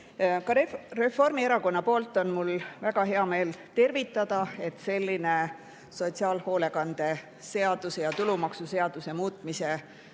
Ka Reformierakonna poolt on mul väga hea meel tervitada seda, et selline sotsiaalhoolekande seaduse ja tulumaksuseaduse muutmise